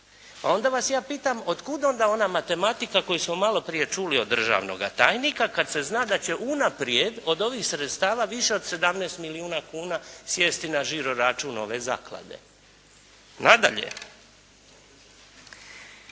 Pa onda vas ja pitam, od kuda onda ona matematika koju smo malo prije čuli od državnog tajnika kada se zna da će unaprijed od ovih sredstava više od 17 milijuna kuna sjesti na žiro račun ove zaklade. Nadalje,